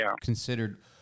considered